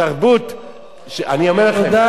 אמרת דברים נכונים, למה לקלקל אותם?